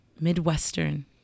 Midwestern